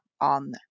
on